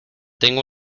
tengo